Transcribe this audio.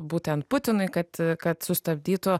būtent putinui kad kad sustabdytų